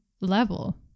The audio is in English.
level